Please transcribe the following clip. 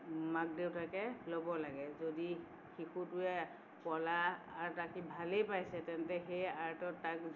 মাক দেউতাকে ল'ব লাগে যদি শিশুটোৱে কলা আৰ্ট আঁকি ভালেই পাইছে তেন্তে সেই আৰ্টত তাক